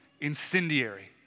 incendiary